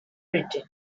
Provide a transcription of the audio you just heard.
britain